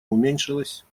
уменьшилось